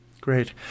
Great